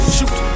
Shoot